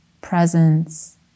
presence